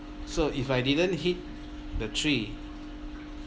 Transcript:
so if I didn't hit the tree